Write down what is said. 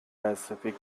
pacific